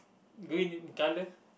green in colour